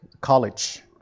college